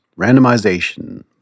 randomization